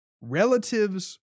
relatives